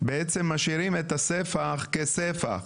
בעצם משאירים את הספח כספח,